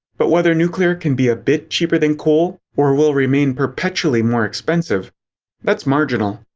but whether nuclear can be a bit cheaper than coal, or will remain perpetually more expensive that's marginal.